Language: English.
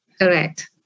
Correct